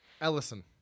Ellison